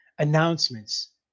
announcements